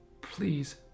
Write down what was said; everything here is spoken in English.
please